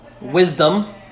wisdom